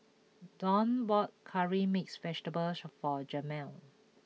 Dwane bought Curry Mixed Vegetable for Jamal